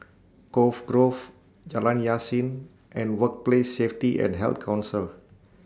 Cove Grove Jalan Yasin and Workplace Safety and Health Council